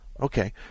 Okay